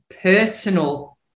personal